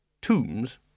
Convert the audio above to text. Tombs